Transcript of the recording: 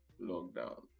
lockdown